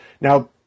Now